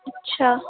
اچھا